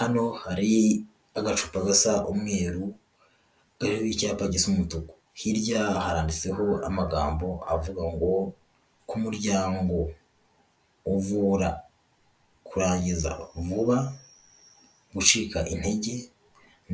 Hano hari agacupa gasa umweru kariho icyapa gisa umutuku, hirya haranditseho amagambo avuga ngo k'umuryango, uvura: kurangiza vuba, gucika intege